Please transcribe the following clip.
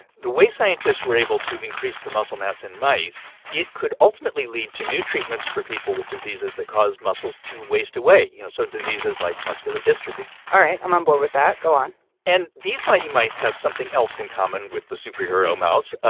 the way scientists were able to increase the muscle mass in mice it could ultimately lead to new treatments for people with diseases that cause muscles to waste away you know, so diseases like muscular dystrophy all right, i'm on board with that. go on and these mighty mice have something else in common with the superhero mouse.